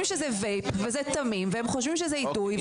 וזה תמים הם חושבים שזה עיתוי,